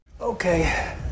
okay